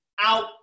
out